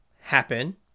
happen